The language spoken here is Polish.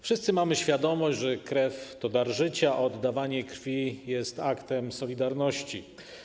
Wszyscy mamy świadomość, że krew to dar życia, a oddawanie krwi jest aktem solidarności.